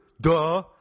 duh